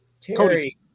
Terry